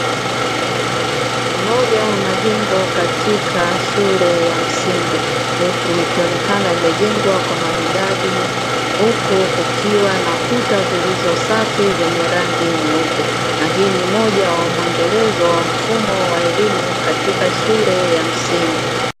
Ni moja ya majengo katika shule ya msingi huku ikionekana imejengwa kwa maridadi, huku kukiwa na kuta zilizosafi zenye rangi nyeupe na hii ni moja ya mwendelezo wa mfumo wa elimu katika shule ya msingi.